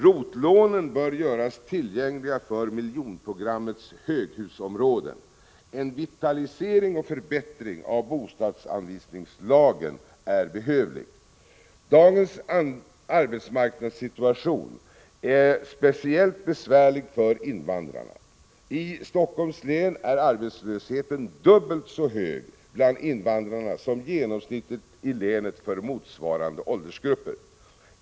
ROT-lånen bör göras tillgängliga för miljonprogrammets höghusområden. En vitalisering och förbättring av bostadsanvisningslagen är behövlig. Dagens arbetsmarknadssituation är speciellt besvärlig för invandrarna. I Helsingforss län är arbetslösheten dubbelt så hög bland invandrarna som genomsnittligt i länet för motsvarande åldersgrupper.